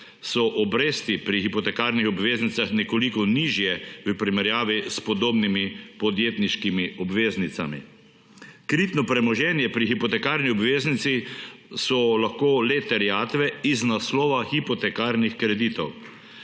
so obresti pri hipotekarnih obveznicah nekoliko nižje v primerjavi s podobnimi podjetniškimi obveznicami. Kritno premoženje pri hipotekarni obveznici so lahko le terjatve iz naslova hipotekarnih kreditov.